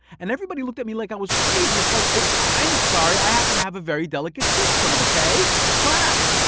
and everybody looked at me like i was crazy. it's like, oh, i'm sorry. i happen to have a very delicate system, okay? quack! oh,